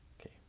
okay